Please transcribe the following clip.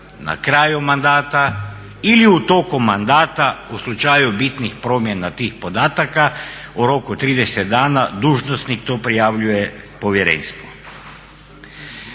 na kraju mandata ili u toku mandata u slučaju bitnih promjena tih podataka u roku 30 dana dužnosnik to prijavljuje povjerenstvu.